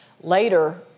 Later